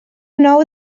know